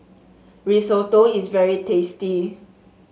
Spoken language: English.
risotto is very tasty